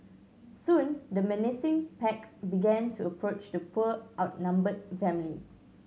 soon the menacing pack began to approach the poor outnumbered family